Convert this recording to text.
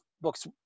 books